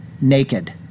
naked